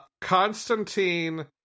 Constantine